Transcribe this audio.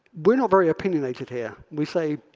we're not very opinionated here. we say,